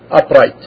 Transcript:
Upright